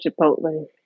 Chipotle